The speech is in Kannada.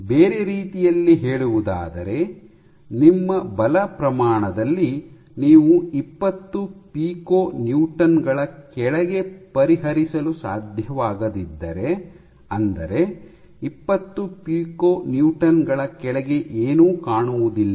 ಬೇರೆ ರೀತಿಯಲ್ಲಿ ಹೇಳುವುದಾದರೆ ನಿಮ್ಮ ಬಲ ಪ್ರಮಾಣದಲ್ಲಿ ನೀವು ಇಪ್ಪತ್ತು ಪಿಕೊ ನ್ಯೂಟನ್ ಗಳ ಕೆಳಗೆ ಪರಿಹರಿಸಲು ಸಾಧ್ಯವಾಗದಿದ್ದರೆ ಅಂದರೆ ಇಪ್ಪತ್ತು ಪಿಕೊ ನ್ಯೂಟನ್ ಗಳ ಕೆಳಗೆ ಏನೂ ಕಾಣುವುದಿಲ್ಲ